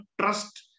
trust